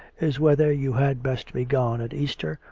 is whether you had best be gone at easter,